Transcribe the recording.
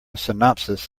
synopsis